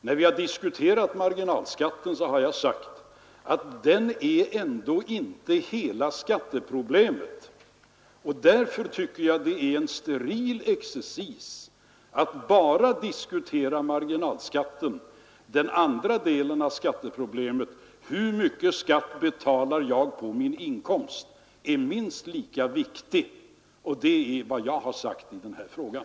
När vi diskuterat marginalskatten så har jag sagt att den är ändå inte hela skatteproblemet, och därför tycker jag att det är en steril exercis att bara diskutera marginalskatten. Den andra delen av skatteproblemet, nämligen hur mycket skatt jag har att betala på min inkomst, är minst lika viktig. Det är vad jag har sagt i den här frågan.